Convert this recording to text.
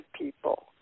people